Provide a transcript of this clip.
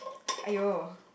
!aiyo!